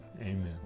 amen